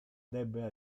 debe